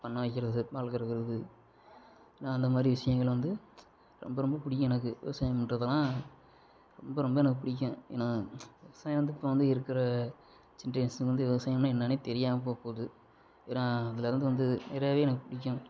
பண்ணை வைக்கிறது பால் கறக்கிறது நான் அந்த மாதிரி விஷயங்கள வந்து ரொம்ப ரொம்ப பிடிக்கும் எனக்கு விவசாயம் பண்ணுறதுலான் ரொம்ப ரொம்ப எனக்கு பிடிக்கும் ஏன்னால் விவசாயம் வந்து இப்போ வந்து இருக்கிற ஜெண்ட்ரேஷன் வந்து விவசாயம்னால் என்னென்னே தெரியாமல் போக போகுது ஏன்னால் அதிலருந்து வந்தது நிறையவே எனக்கு பிடிக்கும்